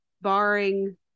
barring